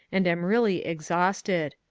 and am really exhausted.